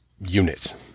unit